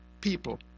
people